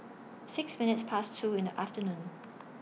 six minutes Past two in The afternoon